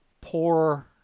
poor